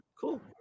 cool